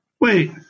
Wait